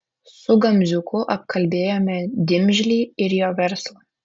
su gamziuku apkalbėjome dimžlį ir jo verslą